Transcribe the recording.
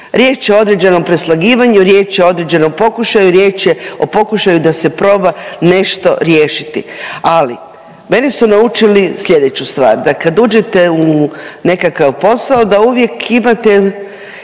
riječ je o određenom preslagivanju, riječ je o određenom pokušaju, riječ je o pokušaju da se proba nešto riješiti. Ali mene su naučili sljedeću stvar, da kad uđete u nekakav posao da uvijek imate